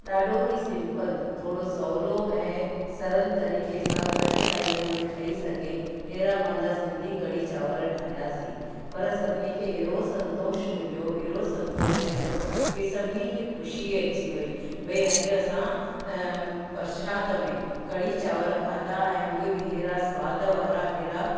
ॾाढो ई सिम्पल थोरो सवलो ऐं सरल तरीक़े सां घटि टाइम में ठही सघे अहिड़ा पंहिंजा सिंधी कढ़ी चांवर ठाहियासीं पर सभिनी खे अहिड़ो संतोष मिलियो अहिड़ो संतोष मिलियो की सभिनी खे ख़ुशी अची वेई भई अॼु असां परसाद में कढ़ी चांवर खाधा ऐं उहे भी अहिड़ा सवादु वारा अहिड़ा